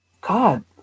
God